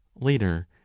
later